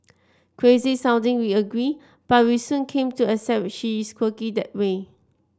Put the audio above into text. crazy sounding we agree but we soon came to accept she is quirky that way